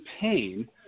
pain